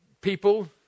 people